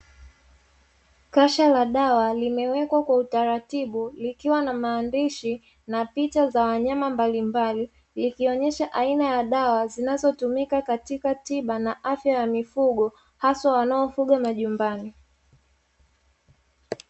Kasha la dawa limewekwa kwa utaratibu likiwa na maandishi na picha za wanyama mbalimbali, ikionyesha aina ya dawa zinazotumika katika tiba na afya ya mifugo haswa wanaofuga majumbani.